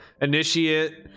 initiate